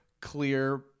clear